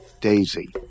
Daisy